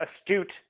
astute